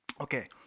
Okay